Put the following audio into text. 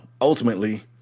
ultimately